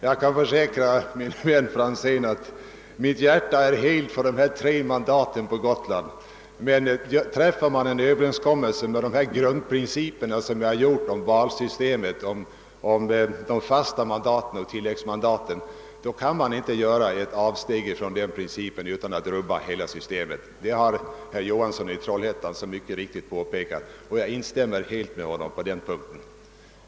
Jag kan försäkra herr Franzén, att mitt hjärta är helt för dessa tre mandat på Gotland, men träffar man en överenskommelse om grundprinciperna i valsystemet med de fasta mandaten och tilläggsmandaten, kan man inte göra avsteg från den principen utan att rubba hela systemet. Detta har herr Johansson i Trollhättan alldeles riktigt påpekat, och jag instämmer med honom på den punkten.